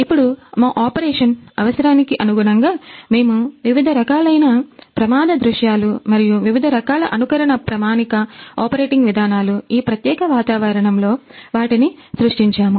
ఇప్పుడు మా ఆపరేషన్అవసరానికి అనుగుణంగా మేము వివిధ రకాలైన ప్రమాద దృశ్యాలు మరియు వివిధ రకాల అనుకరణ ప్రామాణిక ఆపరేటింగ్ విధానాలు ఈ ప్రత్యేక వాతావరణంలో వాటిని సృష్టించాము